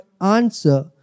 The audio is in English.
answer